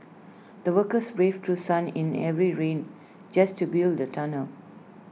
the workers braved through sun in every rain just to build the tunnel